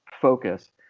focus